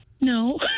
No